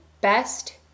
best